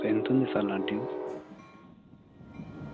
ఎంతుంది సార్ నా డ్యూ